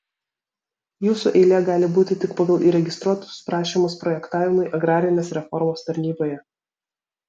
jūsų eilė gali būti tik pagal įregistruotus prašymus projektavimui agrarinės reformos tarnyboje